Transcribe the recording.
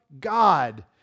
God